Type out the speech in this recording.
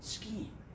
scheme